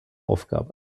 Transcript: aufgabe